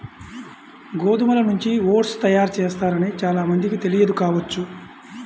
గోధుమల నుంచి ఓట్స్ తయారు చేస్తారని చాలా మందికి తెలియదు కావచ్చు